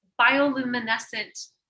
bioluminescent